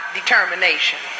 determination